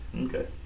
Okay